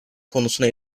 konusuna